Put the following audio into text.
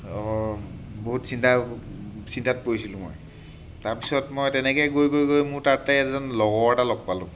বহুত চিন্তা চিন্তাত পৰিছিলোঁ মই তাৰপিছত মই তেনেকৈ গৈ গৈ গৈ মোৰ তাতে এজন লগৰ এটা লগ পালোঁ